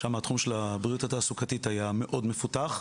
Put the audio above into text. שם התחום של הבריאות התעסוקתית היה מאוד מפותח.